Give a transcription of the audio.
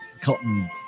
cotton